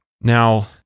now